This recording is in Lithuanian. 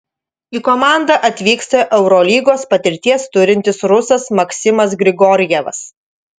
į komandą atvyksta eurolygos patirties turintis rusas maksimas grigorjevas